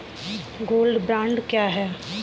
Gold bond क्या है?